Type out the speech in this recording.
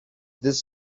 this